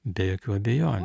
be jokių abejonių